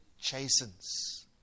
chastens